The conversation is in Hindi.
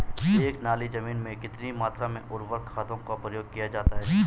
एक नाली जमीन में कितनी मात्रा में उर्वरक खादों का प्रयोग किया जाता है?